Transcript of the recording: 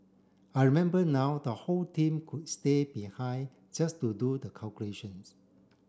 I remember now the whole team would stay behind just to do the calculations